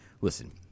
Listen